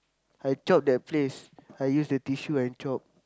I chope that place I use the tissue and chope